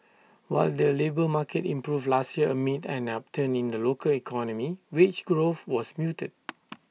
while the labour market improved last year amid an upturn in the local economy wage growth was muted